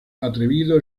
atrevido